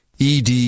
ED